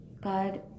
God